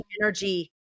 energy